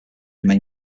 remain